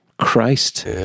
Christ